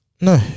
no